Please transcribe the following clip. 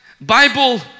bible